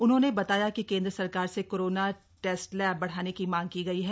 उन्होंने बताया कि केंद्र सरकार से कोरोना टेस्ट लैब बढ़ाने की मांग की गई है